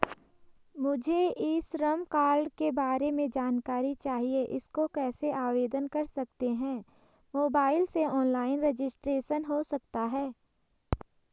मुझे e Shram card के बारे में जानकारी चाहिए इसको कैसे आवेदन कर सकते हैं मोबाइल से ऑनलाइन रजिस्ट्रेशन हो सकता है?